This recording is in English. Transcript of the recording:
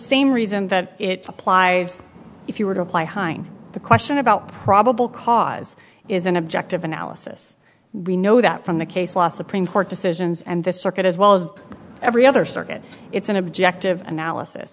same reason that it applies if you were to apply hine the question about probable cause is an objective analysis we know that from the case law supreme court decisions and the circuit as well as every other circuit it's an objective analysis